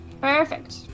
perfect